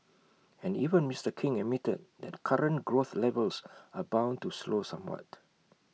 and even Mister king admitted that current growth levels are bound to slow somewhat